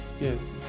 yes